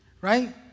right